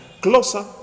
closer